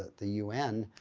the un,